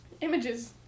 Images